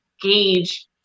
gauge